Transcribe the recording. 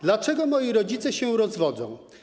Dlaczego moi rodzice się rozwodzą?